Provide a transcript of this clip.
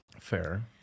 Fair